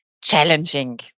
Challenging